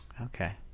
Okay